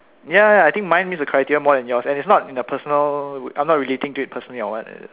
ya ya I think mine meet the criteria more than yours and it's not in a personal I'm not relating to it personally or [what] uh